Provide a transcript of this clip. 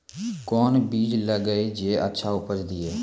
कोंन बीज लगैय जे अच्छा उपज दिये?